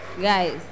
Guys